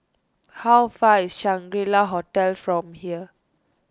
how far is Shangri La Hotel from here